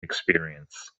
experience